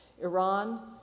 Iran